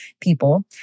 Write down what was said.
people